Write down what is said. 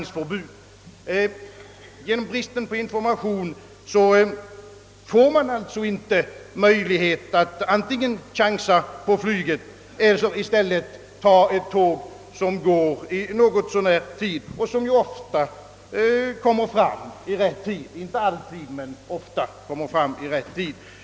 På grund av bristen på information får man inte möjlighet att antingen chansa på flyget eller att ta ett tåg, som går vid något så när lämplig tid och som, visserligen inte alltid men ofta, kommer fram i rätt tid.